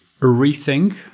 rethink